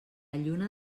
lluna